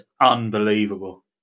unbelievable